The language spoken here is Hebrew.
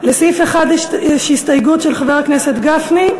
לסעיף 1 יש הסתייגות של חבר הכנסת גפני.